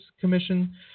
Commission